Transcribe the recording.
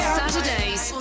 Saturdays